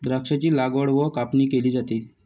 द्राक्षांची लागवड व कापणी केली जाते